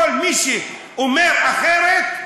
כל מי שאומר אחרת,